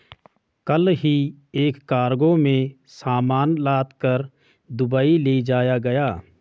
कल ही एक कार्गो में सामान लादकर दुबई ले जाया गया